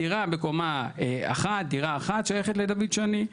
הדירה בקומה אחת היא דירה אחת ששייכת לדוד שני,